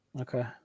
Okay